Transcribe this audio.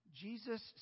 Jesus